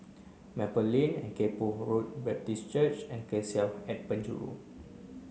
Maple Lane and Kay Poh Road Baptist Church and Cassia at Penjuru